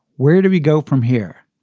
where do we go from here?